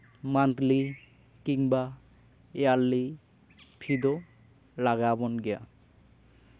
monthly ᱠᱤᱢᱵᱟ yearly fee ᱫᱚ ᱞᱟᱜᱟᱣᱵᱚᱱ ᱜᱮᱭᱟ